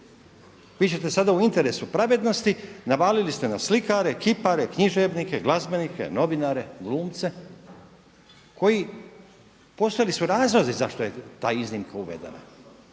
vi ćete sada u interesu pravednosti navaliti na slikare, kipare, književnike, glazbenike, novinare, glumce koji postojali su razlozi zašto je ta iznimka uvedena.